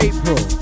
April